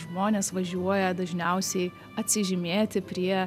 žmonės važiuoja dažniausiai atsižymėti prie